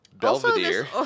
Belvedere